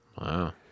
Wow